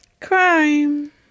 Crime